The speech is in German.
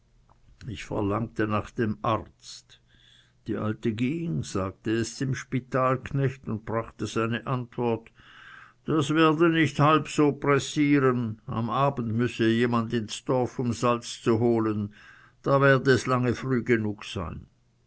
ich verlangte nach dem arzt die alte ging sagte es dem spitalknecht und brachte seine antwort das werde nicht halb so pressieren am abend müsse jemand ins dorf um salz zu holen da werde es lange frühe genug sein